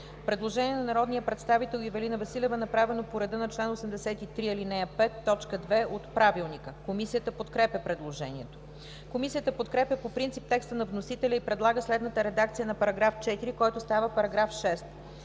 Предложение на народния представител Ивелина Василева, направено по реда на чл. 83, ал. 5, т. 2 от Правилника. Комисията подкрепя предложението. Комисията подкрепя по принцип текста на вносителя и предлага следната редакция на § 4, който става § 6: „§ 6.